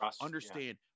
understand